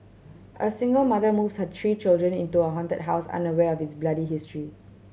a single mother moves her three children into a haunted house unaware of its bloody history